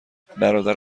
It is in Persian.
برادر